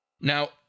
Now